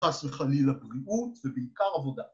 ‫חס וחלילה בריאות ובעיקר עבודה.